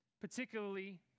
particularly